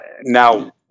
now